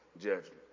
judgment